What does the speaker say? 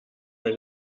bei